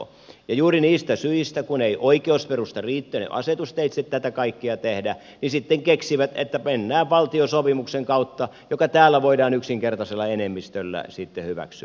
ja juuri niistä syistä kun ei oikeusperusta riittänyt siihen että asetusteitse tätä kaikkea voisi tehdä niin sitten keksivät että mennään valtiosopimuksen kautta joka täällä voidaan yksinkertaisella enemmistöllä hyväksyä